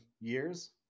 years